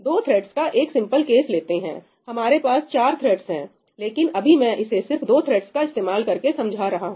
दो थ्रेड्स का एक सिंपल केस लेते हैं हमारे पास 4 थ्रेड्स हैं लेकिन अभी मैं इसे सिर्फ दो थ्रेड्स का इस्तेमाल करके समझा रहा हूं